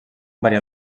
variar